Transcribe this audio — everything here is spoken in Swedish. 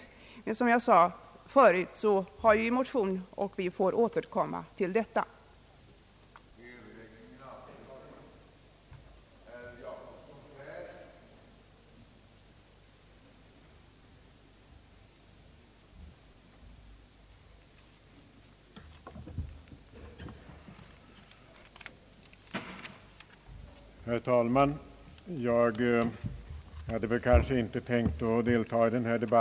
Vi har emellertid som jag tidigare har sagt en motion i denna fråga som det blir tillfälle att återkomma till.